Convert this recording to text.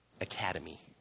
academy